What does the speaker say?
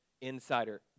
insider